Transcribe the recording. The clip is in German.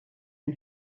den